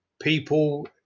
people